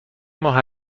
ماه